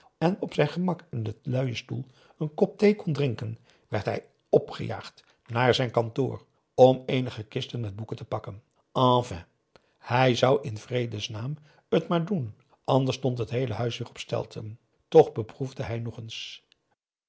en op zijn gemak in z'n luien stoel een kop thee kon drinken werd hij opgejaagd naar zijn kantoor om eenige kisten met boeken te pakken enfin hij zou in vredesnaam t maar doen anders stond t heele huis weer op stelten toch beproefde hij nog eens